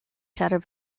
shutter